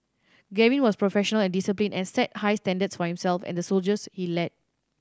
Gavin was professional and disciplined and set high standards for himself and the soldiers he led